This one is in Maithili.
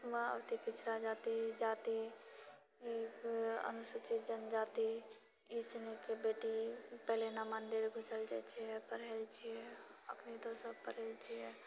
मे अति पिछड़ा जाति जाति अनुसूचित जनजाति एहिसनके बेटी पहिले नऽ मन्दिर घुसल जाइत छै पढ़ैत छिऐ अखनी तऽ सभ पढ़ि लए छिऐ